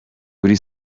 buri